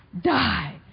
die